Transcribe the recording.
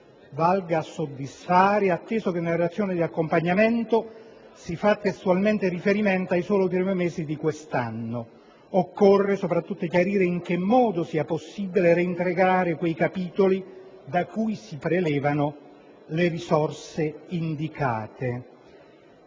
valga a soddisfare, atteso che nella relazione di accompagnamento si fa testualmente riferimento ai soli primi mesi di quest'anno. Occorre soprattutto chiarire in che modo sia possibile reintegrare quei capitoli da cui si prelevano le risorse indicate.